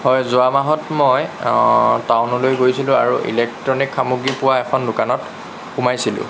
হয় যোৱা মাহত মই টাউনলে গৈছিলোঁ আৰু ইলেক্ট্ৰনিক সামগ্ৰী পোৱা এখন দোকানত সোমাইছিলোঁ